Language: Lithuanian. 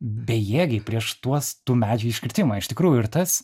bejėgiai prieš tuos tų medžių iškirtimą iš tikrųjų ir tas